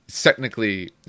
technically